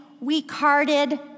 weak-hearted